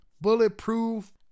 bulletproof